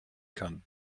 kann